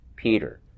peter